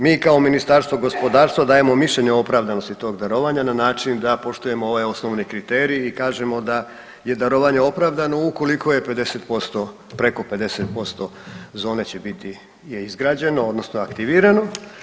Mi kao Ministarstvo gospodarstva dajemo mišljenje o opravdanosti tog darovanja na način da poštujemo ovaj osnovni kriterij i kažemo da je darovanje opravdano ukoliko je 50%, preko 50% zone će biti je izgrađeno odnosno aktivirano.